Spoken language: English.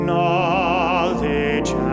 Knowledge